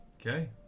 Okay